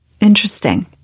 Interesting